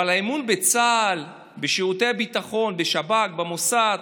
אבל האמון בצה"ל, בשירותי הביטחון, בשב"כ, במוסד,